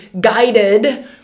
guided